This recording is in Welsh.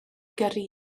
gyrru